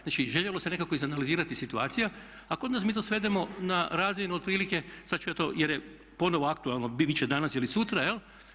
Znači, željelo se nekako izanalizirati situaciju, a kod nas mi to svedemo na razinu otprilike sad ću ja to jer je ponovno aktualno biti će danas ili sutra jel'